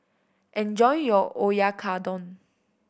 enjoy your Oyakodon